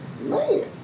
Man